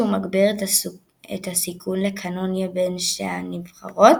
2017 מועצת